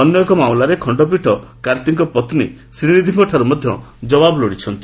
ଅନ୍ୟ ଏକ ମାମଲାରେ ଖଣ୍ଡପୀଠ କାର୍ତ୍ତିଙ୍କ ପତ୍ନୀ ଶ୍ରୀନିଧିଙ୍କଠାରୁ ମଧ୍ୟ ଜବାବ ଲୋଡ଼ିଛନ୍ତି